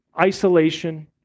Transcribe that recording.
isolation